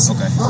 Okay